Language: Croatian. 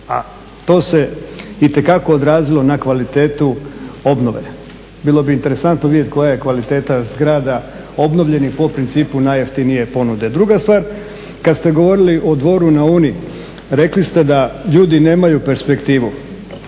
a to se itekako odrazilo na kvalitetu obnove. Bilo bi interesantno vidjeti koja je kvaliteta zgrada obnovljenih po principu najjeftinije ponude. Druga stvar, kad ste govorili o Dvoru na Uni rekli ste da ljudi nemaju perspektivu.